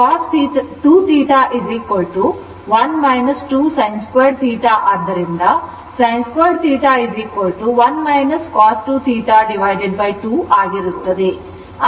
cos 2θ1 2 sin2θ ಆದ್ದರಿಂದ sin2θ 1 cos2θ 2 ಆಗಿರುತ್ತದೆ